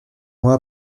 mois